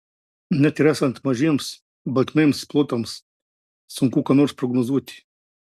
net ir esant mažiems baltmėms plotams sunku ką nors prognozuoti